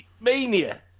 Mania